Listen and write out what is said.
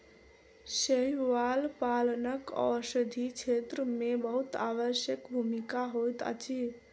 शैवाल पालनक औषधि क्षेत्र में बहुत आवश्यक भूमिका होइत अछि